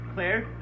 Claire